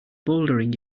bouldering